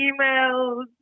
emails